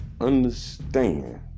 understand